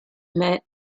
met